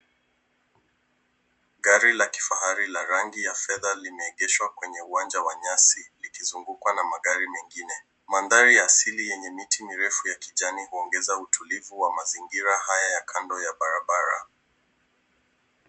Gari la kifahari la rangi ya fedha limeegeshwa kwenye uwanja wa nyazi likizungukwa na magari mengine. Mandhari ya asili yenye miti mirefu kijani huongeza utulivu wa mazingira haya ya kando ya barbara .